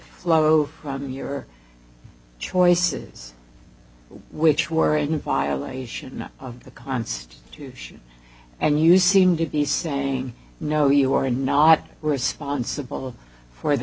flow from your choices which were in violation of the constitution and you seem to be saying no you are not responsible for the